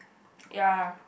ya